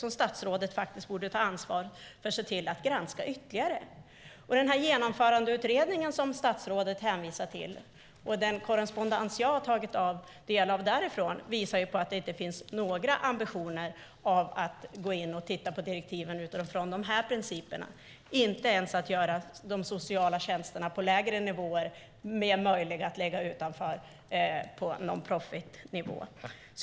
Där borde statsrådet ta ansvar och se till att de granskades ytterligare. Genomförandeutredningen, som statsrådet hänvisar till, och den korrespondens som jag tagit del av, visar att det inte finns några ambitioner att gå in och titta på direktiven utifrån dessa principer. Det finns inte ens ambitioner att göra de sociala tjänsterna på lägre nivåer mer möjliga genom att lägga dem utanför, på en non-profit-nivå.